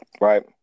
right